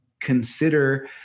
consider